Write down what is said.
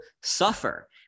suffer